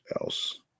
else